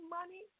money